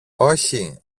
όχι